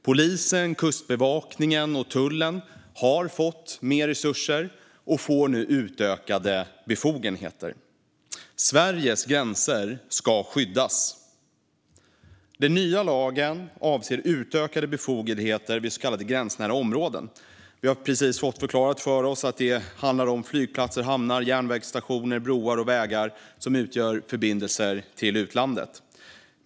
Polisen, Kustbevakningen och Tullverket har fått mer resurser och får nu utökade befogenheter. Sveriges gränser ska skyddas. Den nya lagen avser utökade befogenheter vid så kallade gränsnära områden. Vi har precis fått förklarat för oss att det handlar om flygplatser, hamnar, järnvägsstationer, broar och vägar som utgör förbindelser med utlandet.